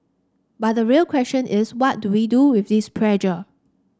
but the real question is what do we do with this pressure